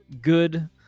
good